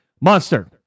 Monster